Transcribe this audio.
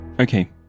Okay